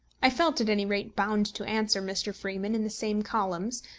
i felt at any rate bound to answer mr. freeman in the same columns,